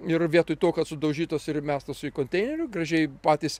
ir vietoj to kad sudaužytos ir įmestos į konteinerių gražiai patys